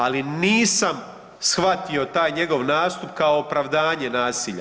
Ali nisam shvatio taj njegov nastup kao opravdanje nasilja.